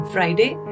Friday